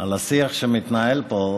על השיח שמתנהל פה,